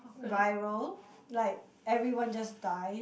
viral like everyone just die